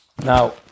Now